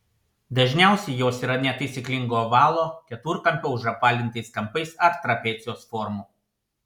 dažniausiai jos yra netaisyklingo ovalo keturkampio užapvalintais kampais ar trapecijos formų